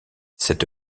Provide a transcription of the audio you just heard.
cette